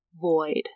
void